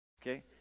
okay